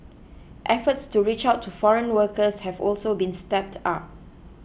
efforts to reach out to foreign workers have also been stepped up